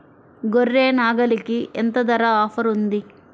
గొర్రె, నాగలికి ఎంత ధర ఆఫర్ ఉంది?